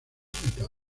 etapas